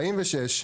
ו-54.